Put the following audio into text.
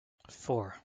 four